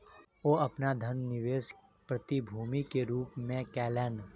ओ अपन धन निवेश प्रतिभूति के रूप में कयलैन